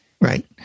Right